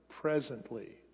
presently